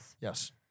Yes